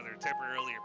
Temporarily